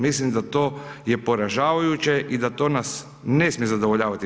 Mislim da to je poražavajuće i da to nas ne smije zadovoljavati.